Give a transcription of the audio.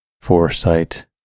foresight